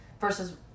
versus